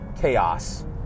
chaos